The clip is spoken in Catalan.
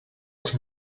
els